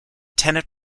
tenant